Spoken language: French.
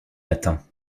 matins